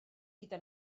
gyda